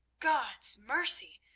god's mercy!